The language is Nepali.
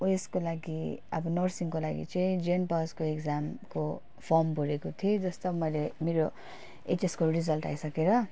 उयसको लागि अब नर्सिङको लागि चाहिँ जेएन पासको इग्जामको फर्म भरेको थिएँ जस्तो मैले मेरो एचएसको रिजल्ट आइसकेर